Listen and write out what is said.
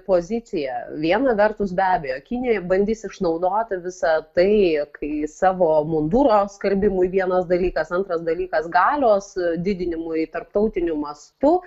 pozicija viena vertus be abejo kinija bandys išnaudoti visą tai kai savo munduro skalbimui vienas dalykas antras dalykas galios didinimui tarptautiniu mastu